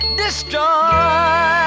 destroy